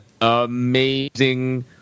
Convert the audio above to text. amazing